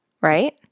Right